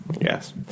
Yes